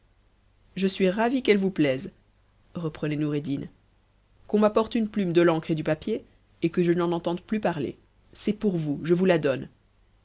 je suis ravi qu'elle vous plaise reprenait noureddin qu'on m'apporte une plume de l'encre et du papier et que je n'en entende plus parler c'est pour vous je vous la donne